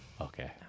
Okay